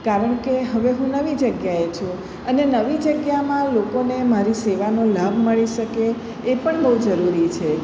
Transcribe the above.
કારણ કે હવે હું નવી જગ્યાએ છું અને નવી જગ્યામાં લોકોને મારી સેવાનો લાભ મળી શકે એ પણ બહુ જરૂરી છે